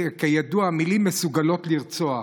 כידוע, מילים מסוגלות לרצוח,